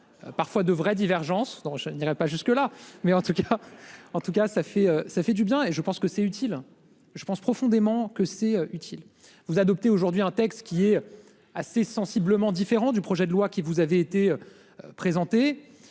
Parfois de vraies divergences dont je n'irai pas jusque là mais en tout cas, en tout cas ça fait ça fait du bien et je pense que c'est utile. Je pense profondément que c'est utile vous adopter aujourd'hui un texte qui est assez sensiblement différent du projet de loi qui vous avez été. Présenté